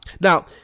Now